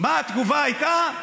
מה התגובה הייתה?